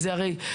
הרי,